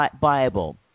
Bible